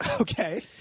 Okay